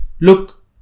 look